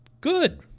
Good